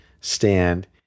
stand